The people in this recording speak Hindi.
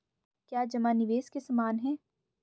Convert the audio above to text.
क्या जमा निवेश के समान है?